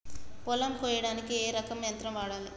పొలం కొయ్యడానికి ఏ రకం యంత్రం వాడాలి?